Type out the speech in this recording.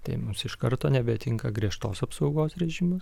tai mums iš karto nebetinka griežtos apsaugos režimas